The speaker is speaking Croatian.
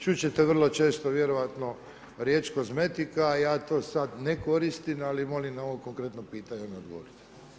Čut ćete vrlo često vjerojatno riječ kozmetika, ja to sad ne koristim ali molim na ovo konkretno pitanje odgovor.